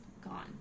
gone